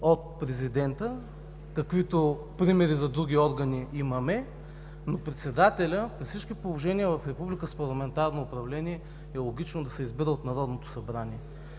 от президента, каквито примери за други органи имаме, но председателят при всички положения в република с парламентарно управление е логично да се избира от Народното събрание.